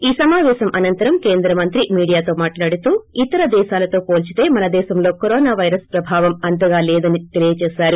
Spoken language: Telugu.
ఈ సమాపేశం అనంతరం కేంద్రమంత్రి మీడియాతో మాట్లాడుతూ ణతర దేశాలతో పోల్సితే మన దేశంలో కరోనా పైరస్ ప్రభావం అంతగా లేదు అని తేల్సేశారు